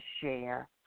share